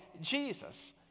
Jesus